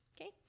Okay